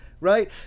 Right